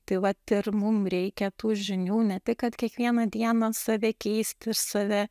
tai vat ir mum reikia tų žinių ne tik kad kiekvieną dieną save keisti ir save